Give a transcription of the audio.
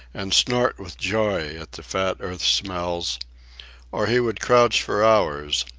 and snort with joy at the fat earth smells or he would crouch for hours,